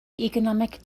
economic